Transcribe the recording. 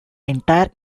entire